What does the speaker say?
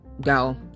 go